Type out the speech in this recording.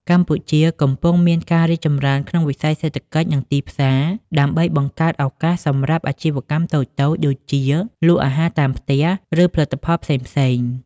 កម្ពុជាកំពុងមានការរីកចម្រើនក្នុងវិស័យសេដ្ឋកិច្ច និងទីផ្សារ ដើម្បីបង្កើតឱកាសសម្រាប់អាជីវកម្មតូចៗ ដូចជា លក់អាហារតាមផ្ទះ ឬផលិតផលផ្សេងៗ។